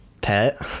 pet